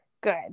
good